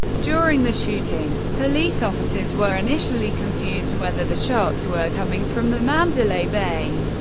during the shooting, police officers were initially confused whether the shots were coming from the mandalay bay,